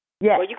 Yes